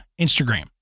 Instagram